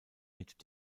mit